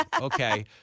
okay